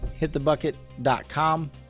hitthebucket.com